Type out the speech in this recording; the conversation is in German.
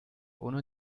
ohne